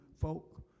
folk